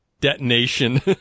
detonation